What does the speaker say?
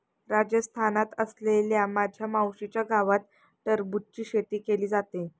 राजस्थानात असलेल्या माझ्या मावशीच्या गावात टरबूजची शेती केली जाते